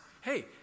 hey